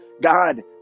God